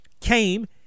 came